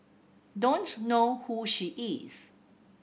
don't know who she is